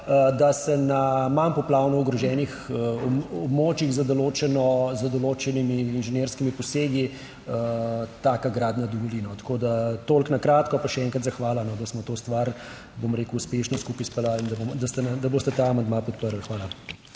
da se na manj poplavno ogroženih območjih z določenimi inženirskimi posegi taka gradnja dovoli. Tako da, toliko na kratko. Pa še enkrat zahvala, da smo to stvar, bom rekel uspešno skupaj speljali in da boste ta amandma podprli. Hvala.